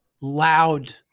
loud